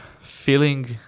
feeling